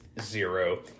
Zero